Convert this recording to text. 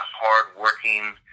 hard-working